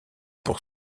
pour